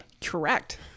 Correct